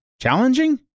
Challenging